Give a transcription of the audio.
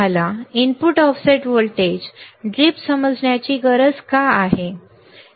आम्हाला input offset voltage drip समजण्याची गरज का आहे